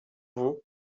vous